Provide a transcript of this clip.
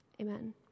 Amen